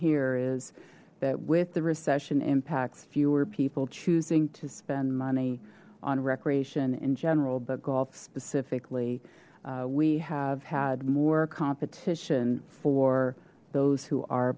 here is that with the recession impacts fewer people choosing to spend money on recreation in general the golf specifically we have had more competition for those who are